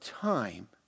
time